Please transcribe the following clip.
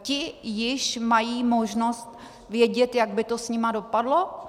Ti již mají možnost vědět, jak by to s nimi dopadlo?